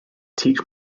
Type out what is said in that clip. teach